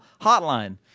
Hotline